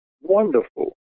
wonderful